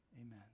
amen